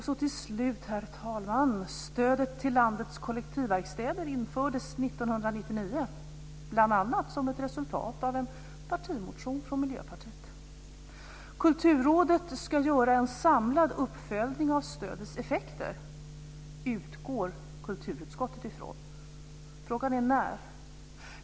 Så till slut, herr talman: Stödet till landets kollektivverkstäder infördes 1999 bl.a. som ett resultat av en partimotion från Miljöpartiet. Kulturrådet ska göra en samlad uppföljning av stödets effekter, utgår kulturutskottet ifrån. Frågan är när.